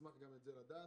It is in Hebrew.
אשמח גם את זה לדעת.